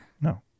No